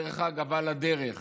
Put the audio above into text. ודרך אגב, על הדרך